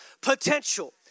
Potential